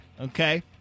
Okay